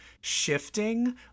shifting